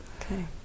Okay